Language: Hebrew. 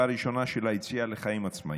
הראשונה של היציאה לחיים עצמאיים.